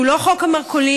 והוא לא חוק המרכולים,